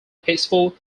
peaceful